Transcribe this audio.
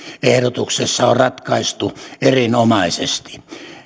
ehdotuksessa on ratkaistu erinomaisesti